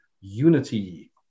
unity